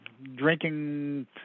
drinking